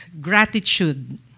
gratitude